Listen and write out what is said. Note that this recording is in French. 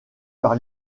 par